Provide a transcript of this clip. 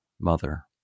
mother